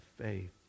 faith